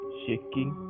shaking